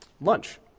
lunch